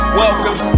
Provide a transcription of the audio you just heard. welcome